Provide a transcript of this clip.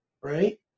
right